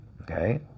Okay